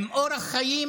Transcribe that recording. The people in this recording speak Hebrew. עם אורח חיים